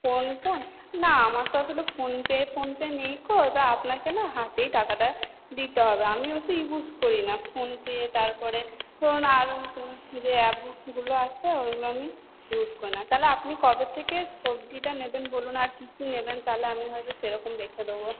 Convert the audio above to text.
PhonePe না আমার তো আসলে ফোনপে ফোনপে নেই তা আপনাকে না হাতেই টাকাটা দিতে হবে আমি ওসব ইউজ করি না ফোনপে তারপর ধরুন না আরো এইসমস্ত যে অ্যাপগুলো আছে ওগুলো আমি ইউজ করি না তাহলে আপনি কবে থেকে সবজিটা নেবেন বলুন আর কী কী নেবেন তাহলে আমি হয়তো সেরকম রেখে দেব